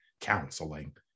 counseling